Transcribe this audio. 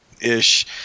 ish